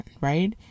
Right